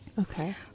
Okay